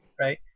right